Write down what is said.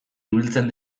ibiltzen